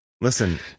listen